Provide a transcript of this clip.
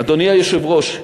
אדוני היושב-ראש,